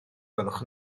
gwelwch